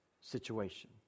situation